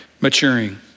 maturing